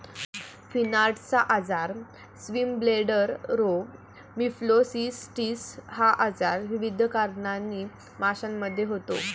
फिनार्टचा आजार, स्विमब्लेडर रोग, लिम्फोसिस्टिस हा आजार विविध कारणांनी माशांमध्ये होतो